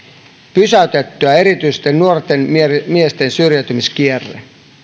pysäytettyä erityisesti nuorten miesten syrjäytymiskierteen hallituksen